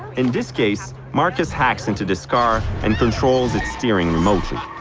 in this case, marcus hacks into this car and controls its steering remotely.